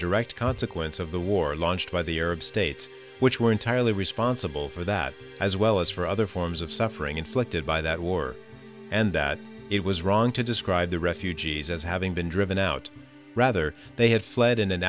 direct consequence of the war launched by the arab states which were entirely responsible for that as well as for other forms of suffering inflicted by that war and that it was wrong to describe the refugees as having been driven out rather they had fled in an